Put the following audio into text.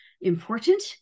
important